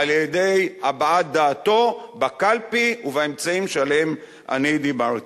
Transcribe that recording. על-ידי הבעת דעתו בקלפי ובאמצעים שעליהם אני דיברתי.